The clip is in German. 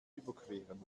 überqueren